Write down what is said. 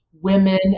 women